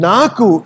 Naku